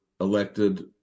elected